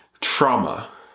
Trauma